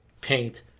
paint